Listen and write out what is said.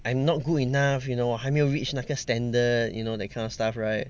I am not good enough you know 我还没有 reach 那个 standard you know that kind of stuff right